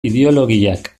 ideologiak